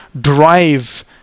drive